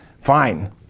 fine